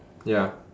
ya